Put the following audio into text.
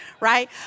right